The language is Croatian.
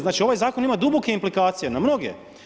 Znači, ovaj zakon ima duboke implikacije na mnoge.